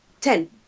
ten